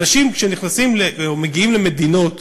אנשים שנכנסים או מגיעים למדינות